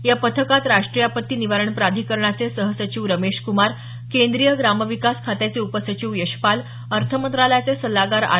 या पथकात राष्ट्रीय आपत्ती निवारण प्राधिकरणाचे सहसचिव रमेशक्मार केंद्रीय ग्रामविकास खात्याचे उपसचिव यशपाल अर्थ मंत्रालयाचे सल्लागार आर